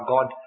God